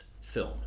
film